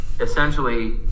essentially